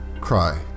cry